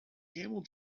camel